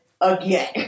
again